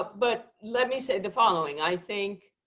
but let me say the following. i think